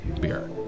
Beer